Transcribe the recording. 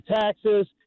taxes